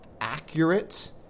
accurate